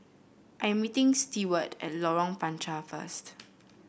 I am meeting Steward at Lorong Panchar first